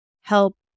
help